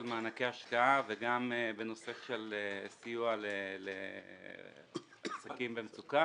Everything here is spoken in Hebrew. השקעה וגם בנושא של סיוע לעסקים במצוקה.